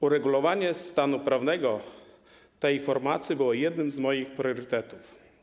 Uregulowanie stanu prawnego tej formacji było jednym z moich priorytetów.